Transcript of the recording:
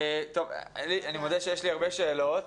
אני מודה שיש לי הרבה שאלות.